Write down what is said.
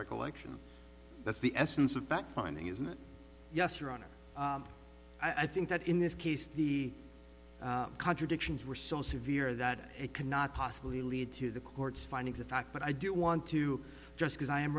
recollection that's the essence of fact finding isn't it yes your honor i think that in this case the contradictions were so severe that it cannot possibly lead to the court's findings of fact but i do want to just because i am